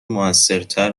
موثرتر